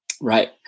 Right